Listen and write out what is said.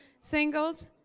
Singles